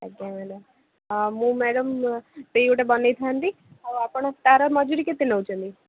ଆଜ୍ଞା ମ୍ୟାଡ଼ାମ୍ ମୁଁ ମ୍ୟାଡ଼ାମ୍ ସେହି ଗୋଟେ ବନାଇଥାନ୍ତି ଆଉ ଆପଣ ତାର ମଜୁରୀ କେତେ ନେଉଛନ୍ତି